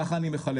ככה אני מחלק,